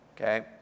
okay